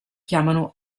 chiamano